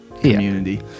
Community